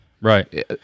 Right